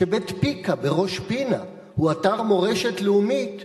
שבית-פיק"א בראש-פינה הוא אתר מורשת לאומית,